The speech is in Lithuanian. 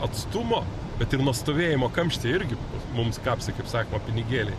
atstumo bet ir nuo stovėjimo kamštyje irgi mums kapsi kaip sakoma pinigėliai